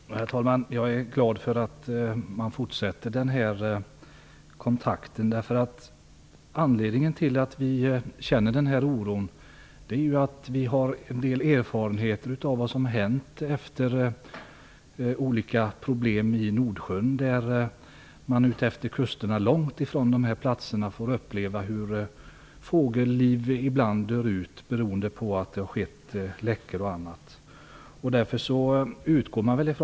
Herr talman! Jag är glad för att man fortsätter att ha kontakter. Anledningen till att vi känner oro är att vi har en del erfarenheter av vad som har hänt efter olika olyckor i Nordsjön. Man har utefter kusterna, långt ifrån de egentliga platserna, fått uppleva hur fågelliv dör ut beroende på läckor och annat.